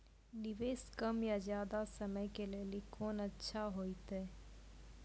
निवेश कम या ज्यादा समय के लेली कोंन अच्छा होइतै?